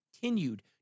continued